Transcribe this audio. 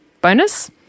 bonus